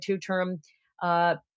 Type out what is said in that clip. two-term